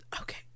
okay